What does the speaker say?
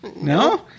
No